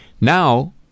Now